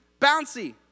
bouncy